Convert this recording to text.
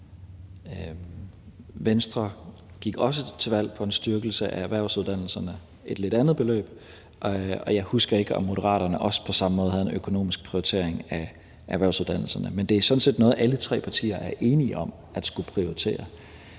Venstre gik også til valg på en styrkelse af erhvervsuddannelserne, men med et lidt andet beløb, og jeg husker ikke, om Moderaterne også på samme måde havde en økonomisk prioritering af erhvervsuddannelserne. Men det er sådan set noget, alle tre partier er enige om at skulle prioritere.